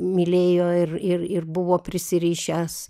mylėjo ir ir ir buvo prisirišęs